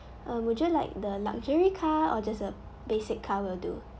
um would you like the luxury car or just a basic car will do